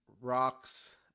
rocks